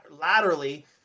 laterally